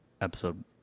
episode